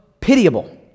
pitiable